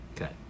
Okay